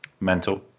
mental